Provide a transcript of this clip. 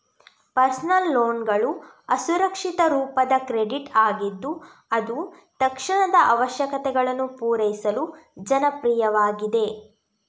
personal ಲೋನ್ಗಳು ಅಸುರಕ್ಷಿತ ರೂಪದ ಕ್ರೆಡಿಟ್ ಆಗಿದ್ದು ಅದು ತಕ್ಷಣದ ಅವಶ್ಯಕತೆಗಳನ್ನು ಪೂರೈಸಲು ಜನಪ್ರಿಯವಾಗಿದೆ